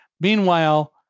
Meanwhile